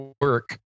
work